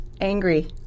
Angry